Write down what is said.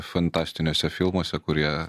fantastiniuose filmuose kurie